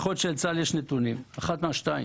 אחת משתיים: